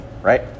right